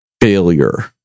Failure